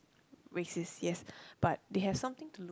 racist yes but they have something to